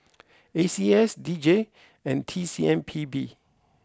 A C S D J and T C M P B